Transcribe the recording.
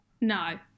no